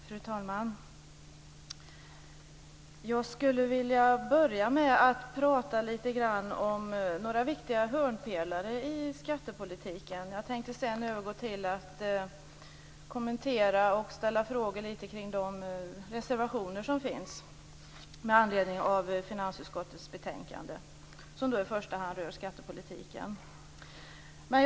Fru talman! Jag skulle vilja börja med att tala lite grann om några viktiga hörnpelare i skattepolitiken. Jag tänker sedan övergå till att kommentera och ställa lite frågor kring de reservationer som finns med anledning av finansutskottets betänkande, som i första hand rör skattepolitiken.